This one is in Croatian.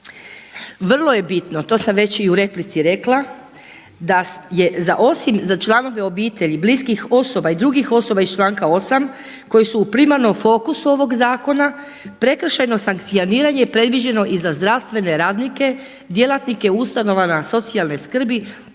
Vrlo je bitno, to sam već i u replici rekla da je za osim za članove obitelji bliskih osoba i drugih osoba iz članka 8. koji su u primarnom fokusu ovog zakona prekršajno sankcioniranje predviđeno i za zdravstvene radnike, djelatnike ustanova socijalne skrbi